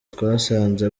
twasanze